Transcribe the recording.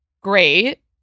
great